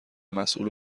مسول